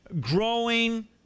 growing